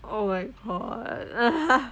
oh my god